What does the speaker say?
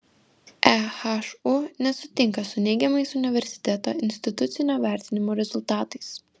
ehu nesutinka su neigiamais universiteto institucinio vertinimo rezultatais